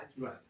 Right